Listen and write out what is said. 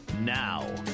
Now